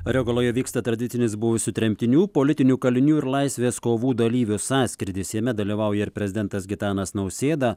ariogaloje vyksta tradicinis buvusių tremtinių politinių kalinių ir laisvės kovų dalyvių sąskrydis jame dalyvauja ir prezidentas gitanas nausėda